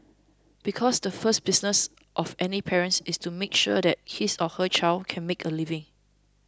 because the first business of any parent is to make sure that his or her child can make a living